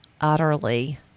utterly